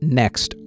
next